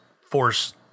force